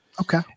Okay